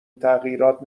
تغییرات